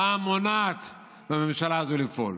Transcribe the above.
רע"מ מונעת מהממשלה הזו לפעול.